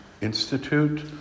Institute